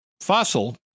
Fossil